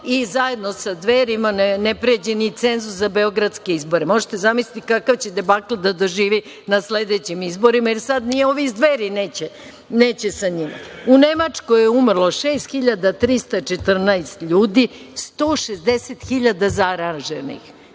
i zajedno sa Dverima ne pređe ni cenzus za beogradske izbore. Možete zamisliti kakav će debakl da doživi na sledećim izborima, jer sad ni ovi iz Dveri neće sa njim.U Nemačkoj je umrlo 6.314 ljudi, 160.000 je zaraženih.